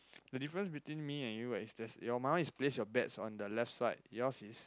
the difference between me and you right is that your mind is place your bet on the left side your's is